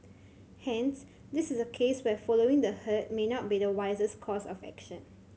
hence this is a case where following the herd may not be the wisest course of action